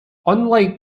unlike